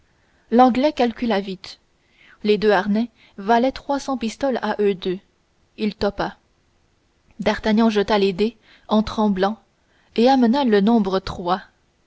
l'anglais calcula vite les deux harnais valaient trois cents pistoles à eux deux il topa d'artagnan jeta les dés en tremblant et amena le nombre trois